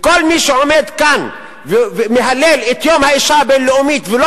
וכל מי שעומד כאן ומהלל את יום האשה הבין-לאומי ולא